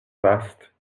vastes